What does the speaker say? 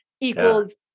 equals